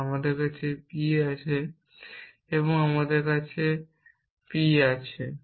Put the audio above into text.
কারণ আমার কাছে p আছে